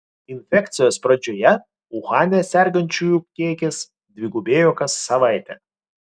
infekcijos pradžioje uhane sergančiųjų kiekis dvigubėjo kas savaitę